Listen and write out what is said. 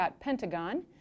Pentagon